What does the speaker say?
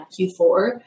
Q4